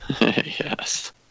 Yes